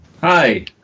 Hi